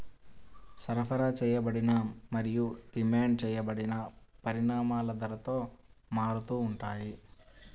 సరఫరా చేయబడిన మరియు డిమాండ్ చేయబడిన పరిమాణాలు ధరతో మారుతూ ఉంటాయి